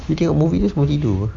you tengok movie tu sampai tidur err